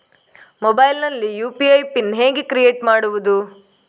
Mobile ನಲ್ಲಿ UPI PIN ಹೇಗೆ create ಮಾಡುವುದು?